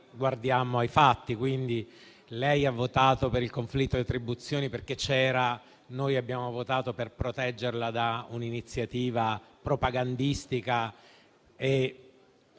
guardiamo ai fatti. Lei ha votato per il conflitto di attribuzioni perché c'era, mentre noi abbiamo votato per proteggerla da un'iniziativa propagandistica